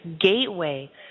gateway